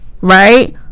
Right